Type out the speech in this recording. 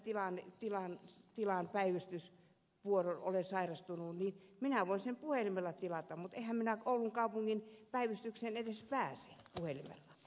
jos minä tilaan odln päivystysvuoron olen sairastunut niin minä voin sen puhelimella tilata mutta enhän minä oulun kaupungin päivystykseen edes pääse puhelimella